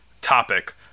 topic